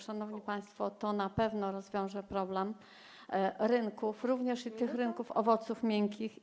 Szanowni państwo, to na pewno rozwiąże problem rynków, również rynku owoców miękkich.